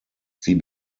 sie